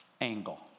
angle